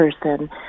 person